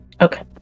Okay